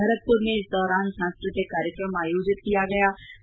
भरतपुर में इस दौरान सांस्कृतिक कार्यक्रम आयोजित किये गये